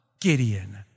Gideon